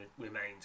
remains